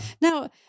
Now